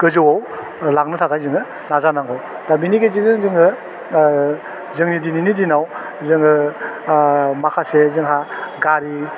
गोजौवाव ओह लांनो थाखाय जोङो दाजानांगौ दा बिनि गेजेरजों जोङो ओह जोंनि दिनैनि दिनाव जोङो ओह माखासे जोंहा गारि